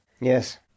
Yes